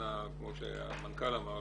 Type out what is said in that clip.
כמו שהמנכ"ל אמר,